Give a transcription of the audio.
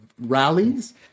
rallies